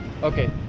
Okay